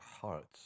hearts